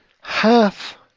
half